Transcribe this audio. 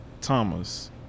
Thomas